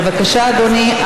בבקשה, אדוני.